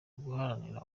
guharanira